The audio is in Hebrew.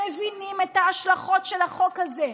מבינים את ההשלכות של החוק הזה.